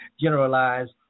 generalized